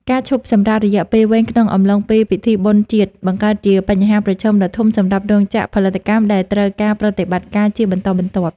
ការឈប់សម្រាករយៈពេលវែងក្នុងអំឡុងពេលពិធីបុណ្យជាតិ បង្កើតជាបញ្ហាប្រឈមដ៏ធំសម្រាប់រោងចក្រផលិតកម្មដែលត្រូវការប្រតិបត្តិការជាបន្តបន្ទាប់។